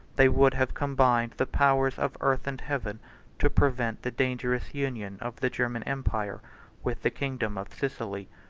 they would have combined the powers of earth and heaven to prevent the dangerous union of the german empire with the kingdom of sicily.